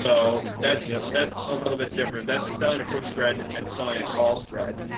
so that's yeah that's a little bit different. that's selling a put spread and selling a call spread,